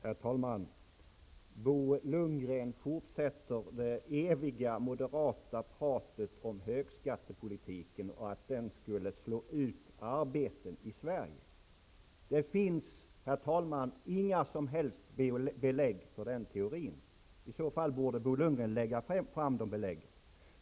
Herr talman! Bo Lundgren fortsätter det eviga moderata pratet om högskattepolitiken och om hur denna skulle slå ut arbetet i Sverige. Det finns, herr talman, inga som helst belägg för den teorin. I så fall borde Bo Lundgren lägga fram dessa belägg.